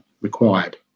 required